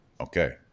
Okay